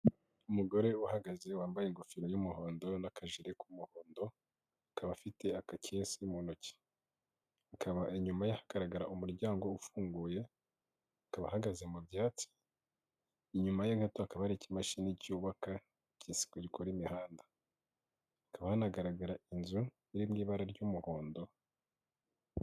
Umugore uhagaze wambaye ingofero y'umuhondo n' akajeri k'umuhondo, akaba afite akakesi mu ntoki, akaba inyuma ye hagaragara umuryango ufunguye, akaba ahagaze mu byatsi inyuma ye gato hakaba hari ikimashini cyubaka kisi rikora imihanda, akaba hanagaragara inzu iri mu ibara ry'umuhondo.